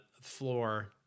floor